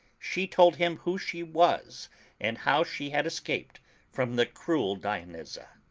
she told him who she was and how she had escaped from the cruel dionyza.